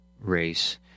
race